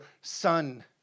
son